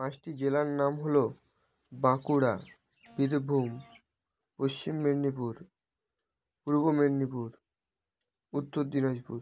পাঁচটি জেলার নাম হলো বাঁকুড়া বীরভূম পশ্চিম মেদিনীপুর পূর্ব মেদিনীপুর উত্তর দিনাজপুর